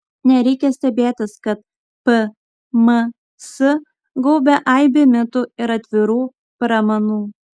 nereikia stebėtis kad pms gaubia aibė mitų ir atvirų pramanų